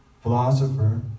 philosopher